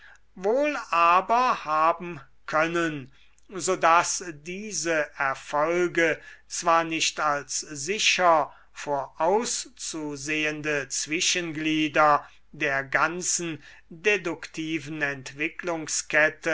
wohl aber haben können so daß diese erfolge zwar nicht als sicher vorauszusehende zwischenglieder der ganzen deduktiven entwicklungskette